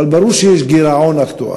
אבל ברור שיש גירעון אקטוארי.